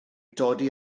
dodi